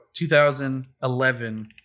2011